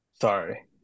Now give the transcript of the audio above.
Sorry